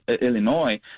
Illinois